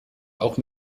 auch